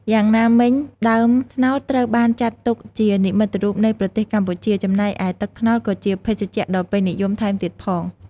យ៉ាងណាមិញ ដើមត្នោតត្រូវបានចាត់ទុកជានិមិត្តរូបនៃប្រទេសកម្ពុជា ចំណែកឯទឹកត្នោតក៏ជាភេសជ្ជៈដ៏ពេញនិយមថែមទៀតផង។